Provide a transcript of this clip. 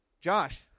Josh